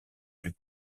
plus